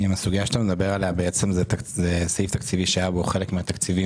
הסוגייה שאתה מדבר עליה זה בעצם סעיף תקציבי שחלק מהתקציבים